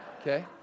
Okay